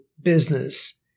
business